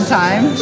time